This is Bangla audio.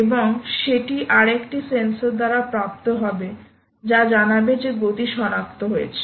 এবং সেটি আরেকটি সেন্সর দ্বারা প্রাপ্ত হবে যা জানাবে যে গতি শনাক্ত হয়েছে